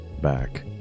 back